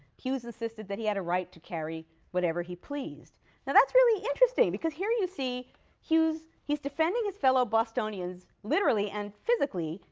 hughes insisted that he had a right to carry whatever he pleased. now that's really interesting, because here you see hughes he's defending his fellow bostonians literally and physically,